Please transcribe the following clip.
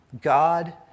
God